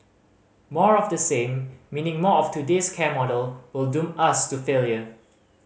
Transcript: more of the same meaning more of today's care model will doom us to failure